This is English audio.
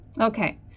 Okay